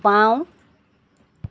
বাওঁ